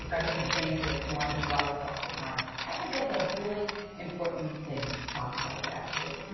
i think it's dangerous, to want to be liked all the time. i think that's a really important thing to talk about, actually.